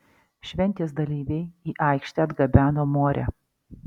šventės dalyviai į aikštę atgabeno morę